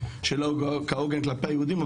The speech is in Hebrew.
שלא כהוגן כלפי היהודים,